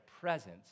presence